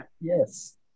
Yes